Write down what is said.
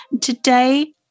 Today